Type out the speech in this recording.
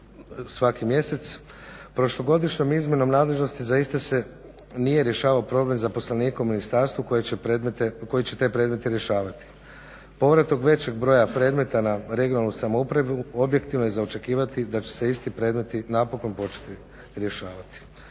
svaki mjesec, prošlogodišnjom izmjenom nadležnosti za iste se nije rješavao problem zaposlenika u ministarstvu koji će te predmete rješavati. Povrat tog većeg broja predmeta na regionalnu samoupravu objektivno je za očekivati da će se isti predmeti napokon početi rješavati.